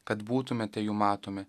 kad būtumėte jų matomi